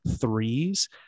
threes